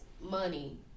Money